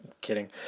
Kidding